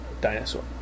dinosaur